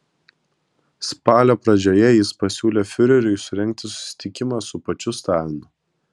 spalio pradžioje jis pasiūlė fiureriui surengti susitikimą su pačiu stalinu